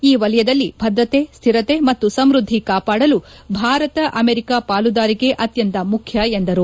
ಈ ವಲಯದಲ್ಲಿ ಭದ್ರತೆ ಶ್ಠಿರತೆ ಮತ್ತು ಸಮ್ಯದ್ದಿ ಕಾಪಾಡಲು ಭಾರತ ಅಮೆರಿಕ ಪಾಲುದಾರಿಕೆ ಅತ್ಯಂತ ಮುಖ್ಯ ಎಂದರು